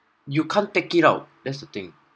you can't take it out that's the thing